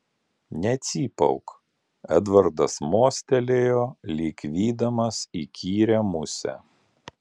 necypauk edvardas mostelėjo lyg vydamas įkyrią musę